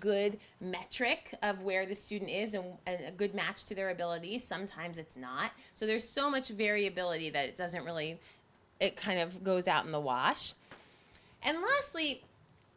good metric of where the student is a good match to their abilities sometimes it's not so there's so much variability that doesn't really it kind of goes out in the wash and lastly